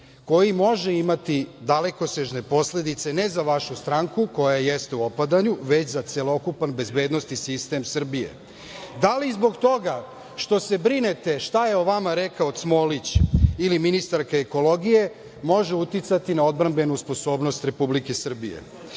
koji može imati dalekosežne posledice ne za vašu stranku koja jeste u opadanju već za celokupan bezbednosti sistem Srbije? Da li zbog toga što se brinete šta je o vama rekao Cmolić ili ministarka ekologije, može uticati na odbrambenu sposobnost Republike Srbije?U